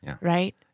right